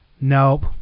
nope